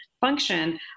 function